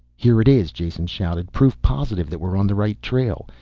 here it is, jason shouted. proof positive that we're on the right trail.